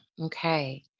Okay